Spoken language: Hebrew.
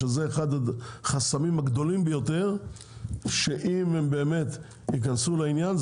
שזה אחד החסמים הגדולים ביותר שאם הם באמת ייכנסו לעניין,